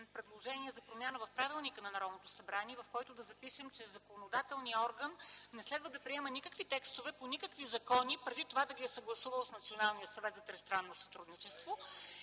организацията и дейността на Народното събрание, в който да запишем, че законодателният орган не следва да приема никакви текстове по никакви закони, без преди това да ги е съгласувал с Националния съвет за тристранно сътрудничество.